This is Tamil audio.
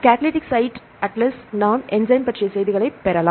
கடலிடிக் சைட் அட்லஸ் நாம் என்ஸைம் பற்றிய செய்திகளை பெறலாம்